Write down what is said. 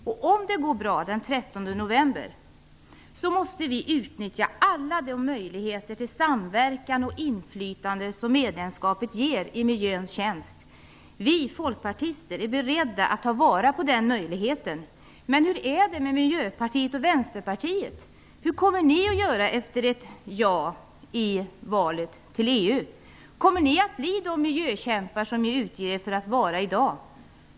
Om det går bra den 13 november måste vi utnyttja alla de möjligheter till samverkan och inflytande som medlemskapet ger i miljöns tjänst. Vi folkpartister är beredda att ta vara på den möjligheten. Men hur är det med Miljöpartiet och Vänsterpartiet? Hur kommer ni att göra efter ett ja i valet till EU? Kommer ni att bli de miljökämpar som ni utger er för att vara i dag?